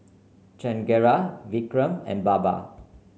Chengara Vikram and Baba